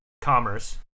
commerce